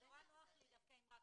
נורא נוח לדבר על הסכם,